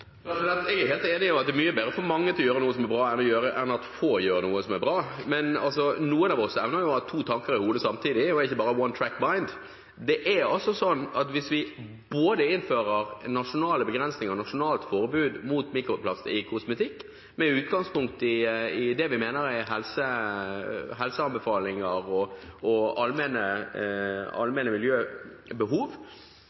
Jeg er helt enig i at det er mye bedre å få mange til å gjøre noe som er bra, enn at få gjør noe som er bra. Men noen av oss evner jo å ha to tanker i hodet samtidig og er ikke bare «one-track mind». Hvis vi innfører nasjonale begrensninger, et nasjonalt forbud mot mikroplast i kosmetikk, med utgangspunkt i det vi mener er helseanbefalinger og allmenne